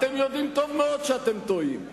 אתם יודעים טוב מאוד שאתם טועים.